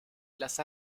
classes